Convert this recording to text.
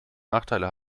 nachteile